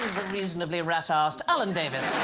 reasonably rat asked alan davis